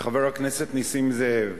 וחבר הכנסת נסים זאב,